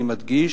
אני מדגיש,